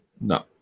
No